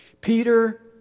Peter